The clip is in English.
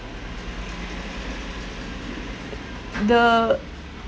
the